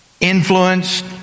influenced